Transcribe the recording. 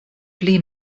pli